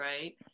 right